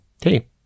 hey